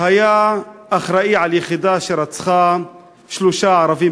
היה אחראי ליחידה שרצחה שלושה ערבים